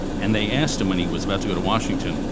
and they asked him, when he was about to go to washington,